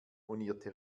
monierte